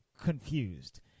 confused